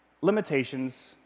Limitations